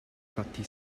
fatti